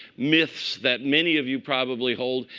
myths that many of you probably hold,